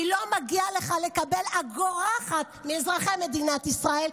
כי לא מגיע לך לקבל אגורה אחת מאזרחי מדינת ישראל,